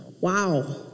wow